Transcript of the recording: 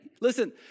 Listen